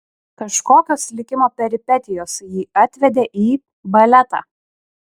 kažkokios likimo peripetijos jį atvedė į baletą